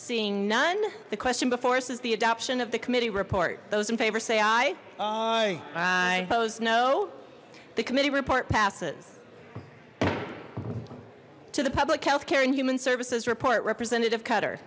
seeing none the question before us is the adoption of the committee report those in favor say aye aye those no the committee report passes to the public health care and human services report representative cutter